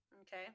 Okay